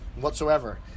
whatsoever